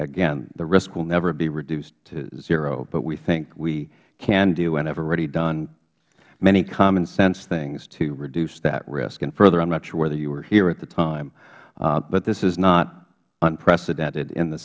again the risk will never be reduced to zero but we think we can do and have already done many commonsense things to reduce that risk and furtherh i'm not sure whether you were here at the timeh but this is not unprecedented in the